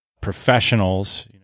professionals